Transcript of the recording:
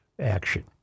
action